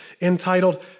entitled